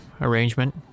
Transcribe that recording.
arrangement